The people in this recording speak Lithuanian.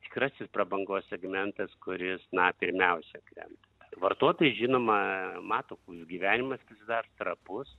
tikrasis prabangos segmentas kuris na pirmiausia krenta vartotojai žinoma mato koks gyvenimas dar trapus